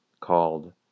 called